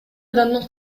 адамдын